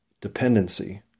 dependency